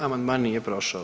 Amandman nije prošao.